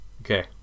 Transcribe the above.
Okay